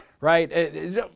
right